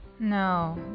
No